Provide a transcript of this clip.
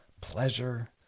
pleasure